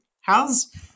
How's